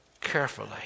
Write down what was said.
Carefully